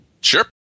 Sure